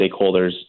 stakeholders